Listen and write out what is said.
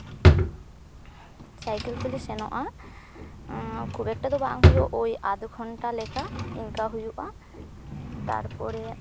cycle ᱛᱮᱞᱮ ᱥᱮᱱᱚᱜᱼᱟ ᱠᱷᱩᱵ ᱮᱠᱴᱟ ᱫᱚ ᱵᱟᱝ ᱦᱩᱭᱩᱜᱼᱟ ᱳᱭ ᱟᱫᱷ ᱜᱷᱚᱱᱴᱟ ᱞᱮᱠᱟ ᱤᱱᱠᱟ ᱦᱩᱭᱩᱜᱼᱟ ᱛᱟᱨᱯᱚᱨᱮ